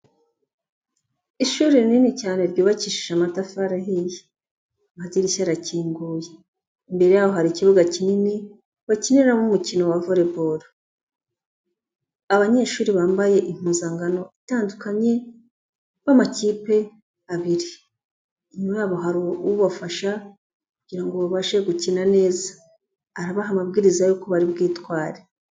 Ishuri rinini cyane ryubakishije amatafari ahiye, amadirishya arakinguye, imbere yaho hari ikibuga kinini bakiniramo umukino wa Volleyball, abanyeshuri bambaye impuzankano itandukanye b'amakipe abiri, inyuma yabo hari ubafasha kugira ngo babashe gukina neza, arabaha amabwiriza yuko bari bwitware.